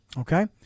Okay